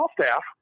staff –